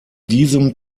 diesem